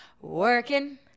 Working